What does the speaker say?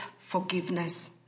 forgiveness